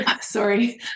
sorry